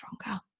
stronger